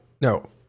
No